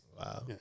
Wow